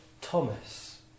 Thomas